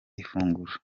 ifunguro